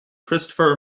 christopher